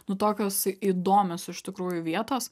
nu tokios įdomios iš tikrųjų vietos